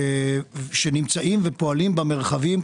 שנמצאים ופועלים במרחבים,